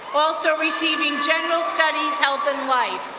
also receiving general studies, health and life.